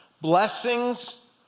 blessings